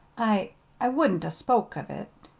i i wouldn't a spoke of it,